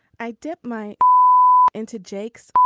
i dip my into jake's.